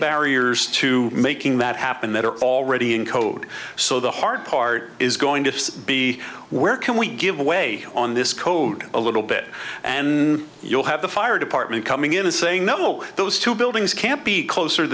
barriers to making that happen that are already in code so the hard part is going to be where can we give away on this code a little bit and you'll have the fire department coming in and saying no no those two buildings can't be closer